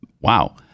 Wow